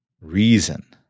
reason